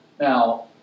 Now